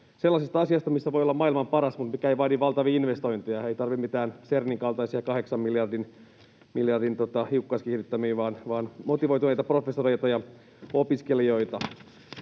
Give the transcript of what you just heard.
sellaisesta asiasta, missä voi olla maailman paras, mutta mikä ei vaadi valtavia investointeja. Ei tarvita mitään Cernin kaltaisia kahdeksan miljardin hiukkaskiihdyttimiä vaan motivoituneita professoreita ja opiskelijoita.